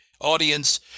audience